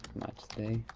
much they